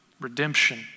redemption